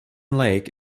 lake